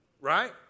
Right